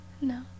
No